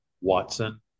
Watson